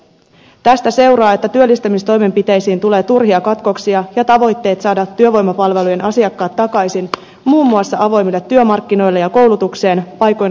tästä seuraa että työllistämistoimenpiteisiin tulee turhia katkoksia ja tavoitteet saada työvoimapalvelujen asiakkaat takaisin muun muassa avoimille työmarkkinoille ja koulutukseen paikoin ratkaisevasti heikkenevät